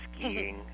skiing